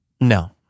No